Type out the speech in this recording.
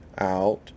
out